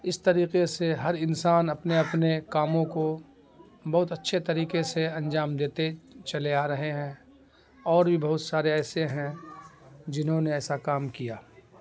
اس طریقے سے ہر انسان اپنے اپنے کاموں کو بہت اچھے طریقے سے انجام دیتے چلے آ رہے ہیں اور بھی بہت سارے ایسے ہیں جنہوں نے ایسا کام کیا